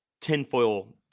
tinfoil